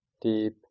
deep